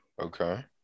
Okay